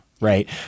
Right